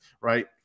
right